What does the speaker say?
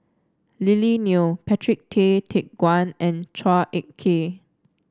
Lily Neo Patrick Tay Teck Guan and Chua Ek Kay